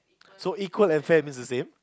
so equal and fair means the same